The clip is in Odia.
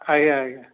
ଆଜ୍ଞା ଆଜ୍ଞା